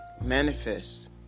Manifest